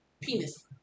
penis